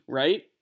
right